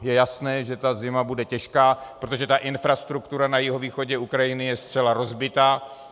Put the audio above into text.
Je jasné, že ta zima bude těžká, protože infrastruktura na jihovýchodě Ukrajiny je zcela rozbitá.